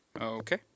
Okay